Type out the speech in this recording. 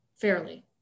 fairly